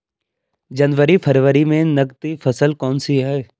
जनवरी फरवरी में नकदी फसल कौनसी है?